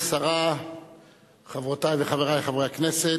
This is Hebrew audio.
וחברי חברי הכנסת,